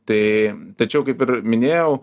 tai tačiau kaip ir minėjau